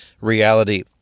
reality